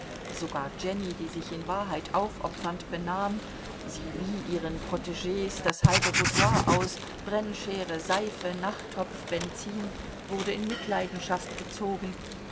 sogar jenny die sich in wahrheit aufopfernd benahm sie lieh ihren protegs das halbe boudoir aus brennschere seife nachttopf benzin wurde in mitleidenschaft gezogen